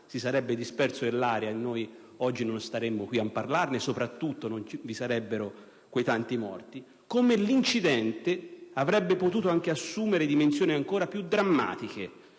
si sarebbe disperso nell'aria e noi oggi non staremmo qui a parlarne e soprattutto non vi sarebbero stati quei tanti morti), come, per converso, avrebbe potuto anche assumere dimensioni ancora più drammatiche